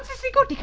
secret?